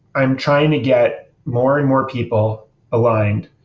i'm trying to get more and more people aligned.